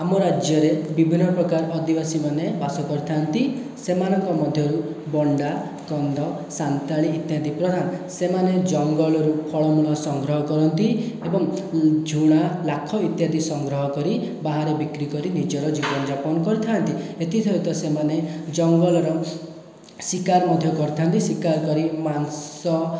ଆମ ରାଜ୍ୟରେ ବିଭିନ୍ନ ପ୍ରକାର ଆଦିବାସୀମାନେ ବାସ କରିଥାନ୍ତି ସେମାନଙ୍କ ମଧ୍ୟରୁ ବଣ୍ଡା କନ୍ଧ ସାନ୍ତାଳ ଇତ୍ୟାଦି ପ୍ରଧାନ ସେମାନେ ଜଙ୍ଗଲରୁ ଫଳମୂଳ ସଂଗ୍ରହ କରନ୍ତି ଏବଂ ଝୁଣା ଲାଖ ଇତ୍ୟାଦି ସଂଗ୍ରହ କରି ବାହାରେ ବିକ୍ରିକରି ନିଜର ଜୀବନଯାପନ କରିଥାନ୍ତି ଏଥି ସହିତ ସେମାନେ ଜଙ୍ଗଲରେ ଶିକାର ମଧ୍ୟ କରିଥାନ୍ତି ଶିକାର କରି ମାଂସ